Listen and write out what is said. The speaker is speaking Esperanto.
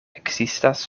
ekzistas